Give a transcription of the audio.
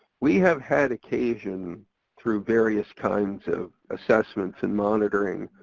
we have had occasion through various kinds of assessments and monitoring,